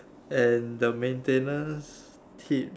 and the maintenance kit